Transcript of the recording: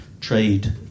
trade